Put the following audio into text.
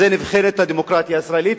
בזה נבחנת הדמוקרטיה הישראלית.